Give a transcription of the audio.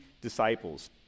disciples